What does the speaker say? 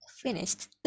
finished